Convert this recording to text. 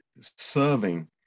serving